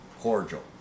cordial